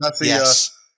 Yes